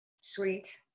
sweet